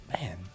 man